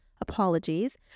Apologies